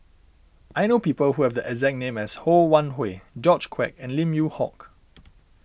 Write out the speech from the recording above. I know people who have the exact name as Ho Wan Hui George Quek and Lim Yew Hock